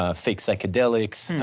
ah fake psychedelics.